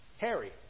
Harry